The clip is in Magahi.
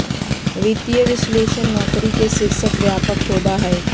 वित्तीय विश्लेषक नौकरी के शीर्षक व्यापक होबा हइ